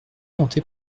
montée